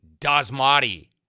Dasmati